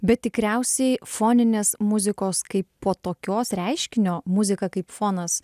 bet tikriausiai foninės muzikos kaipo tokios reiškinio muzika kaip fonas